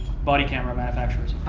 body camera manufacturers.